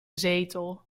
zetel